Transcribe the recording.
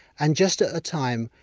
and just at a time,